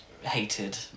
hated